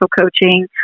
coaching